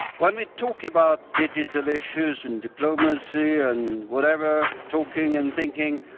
when we talk about digital issues and diplomacy and whatever, talking and thinking,